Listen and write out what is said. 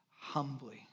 humbly